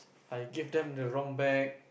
I give them the wrong bag